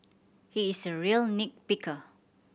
he is a real nit picker